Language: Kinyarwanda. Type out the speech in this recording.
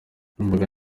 numvaga